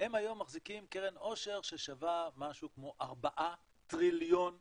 הם היום מחזיקים קרן עושר ששווה משהו כמו ארבעה טריליון שקל,